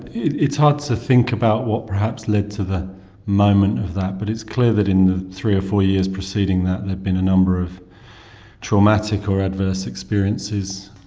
it's hard to think about what perhaps led to the moment of that but it's clear that in the three or four years preceding that there had been a number of traumatic or adverse experiences,